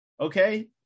Okay